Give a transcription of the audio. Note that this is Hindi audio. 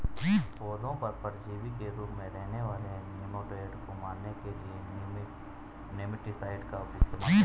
पौधों पर परजीवी के रूप में रहने वाले निमैटोड को मारने के लिए निमैटीसाइड का इस्तेमाल करते हैं